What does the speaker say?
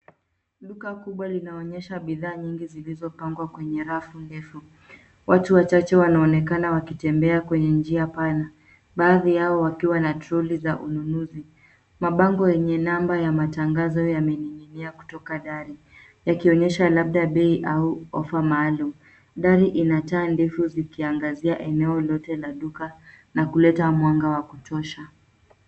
Duka kubwa linaonyesha bidhaa nyingi zilizopangwa kwenye rafu ndefu. Watu wacahache wanaonekana wakitembea kwenye njia pana baadhi yao wakiwa na troli za ununuzi. Mabango yenye namba ya matangazo yamening'inia kutoka dari yakionyesha labda bei au offer maalum. Dari ina taa ndefu zikiangazia eneo lote la duka na kuleta mwanga wa kutosha.